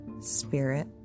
spirit